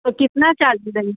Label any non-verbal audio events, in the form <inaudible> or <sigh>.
तो कितना चार्ज <unintelligible>